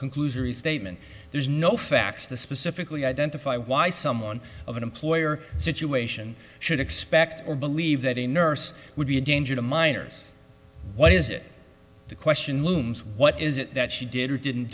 conclusion restatement there's no facts to specifically identify why someone of an employer situation should expect or believe that a nurse would be a danger to minors what is it the question looms what is it that she did or didn't